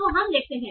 तो हम देखते हैं